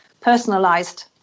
personalized